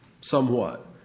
somewhat